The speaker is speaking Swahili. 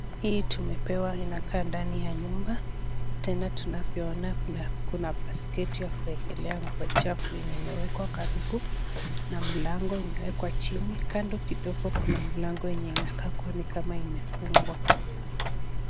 Hili tumepewa inakaa ndani ya nyumba tena tunavyoona kuna basketi ya kuwekelea nguo chafu yenye imewekwa karibu na mlango imewekwa chini, kando kidogo kuna mlango yenye inakaa kama imefungwa.